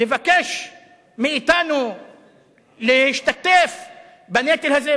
לבקש מאתנו להשתתף בנטל הזה?